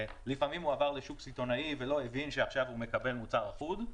לפעמים הוא עבר לשוק סיטונאי ולא הבין שעכשיו הוא מקבל מוצר אחוד.